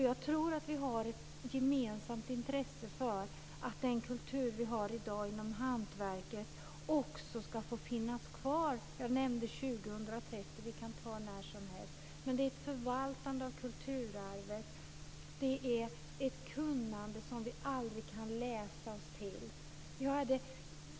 Jag tror att vi har ett gemensamt intresse av att den kultur vi har i dag inom hantverket också ska få finnas kvar. Jag nämnde år 2030, men vi kan ta när som helst. Det handlar om ett förvaltande av kulturarvet och ett kunnande som vi aldrig kan läsa oss till.